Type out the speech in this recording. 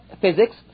physics